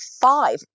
five